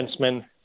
defensemen